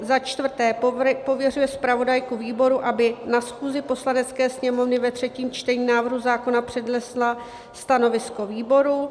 IV. Pověřuje zpravodajku výboru, aby na schůzi Poslanecké sněmovny ve třetím čtení návrhu zákona přednesla stanovisko výboru.